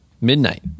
midnight